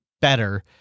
better